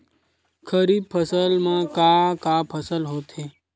खरीफ फसल मा का का फसल होथे?